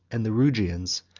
and the rugians,